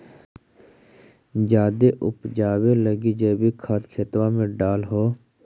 जायदे उपजाबे लगी जैवीक खाद खेतबा मे डाल हो?